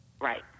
Right